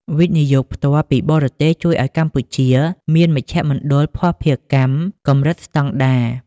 វិនិយោគផ្ទាល់ពីបរទេស ជួយឱ្យកម្ពុជាមាន "មជ្ឈមណ្ឌលភស្តុភារកម្ម"កម្រិតស្តង់ដារ។